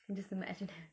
like just imagine